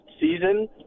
season